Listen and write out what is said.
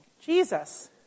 Jesus